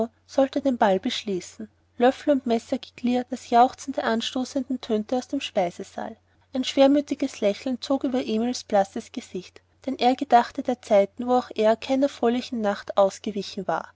sollte den ball beschließen löffel und messergeklirr das jauchzen der anstoßenden tönte aus dem speisesaal ein schwermütiges lächeln zog über emils blasses gesicht denn er gedachte der zeiten wo auch er keiner fröhlichen nacht ausgewichen war